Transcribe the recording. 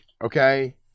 Okay